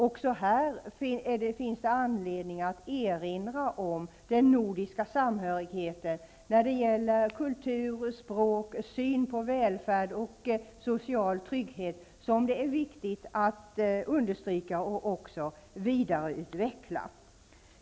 Också här finns det anlendning att erinra om den nordiska samhörigheten när det gäller kultur, språk, syn på välfärd och social trygghet, som det är viktigt att understryka och vidareutveckla.